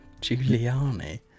Giuliani